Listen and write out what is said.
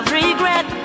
regret